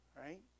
right